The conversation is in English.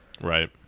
right